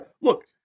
Look